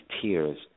tears